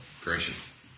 gracious